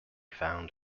found